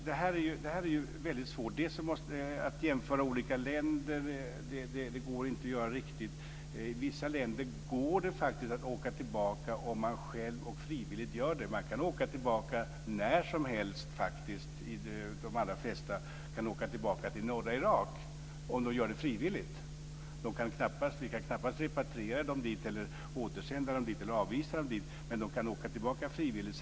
Fru talman! Det här är väldigt svårt. Det går inte att jämföra olika länder riktigt. Det går faktiskt att åka tillbaka till vissa länder om man gör det frivilligt. De allra flesta kan när som helst åka tillbaka till norra Irak om de gör det frivilligt. Vi kan knappast repatriera dem dit eller avvisa dem dit, men de kan åka tillbaka frivilligt.